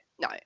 no